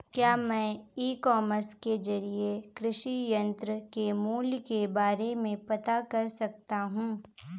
क्या मैं e commerce के ज़रिए कृषि यंत्र के मूल्य के बारे में पता कर सकता हूँ?